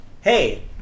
hey